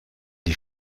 die